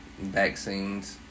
Vaccines